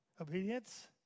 Obedience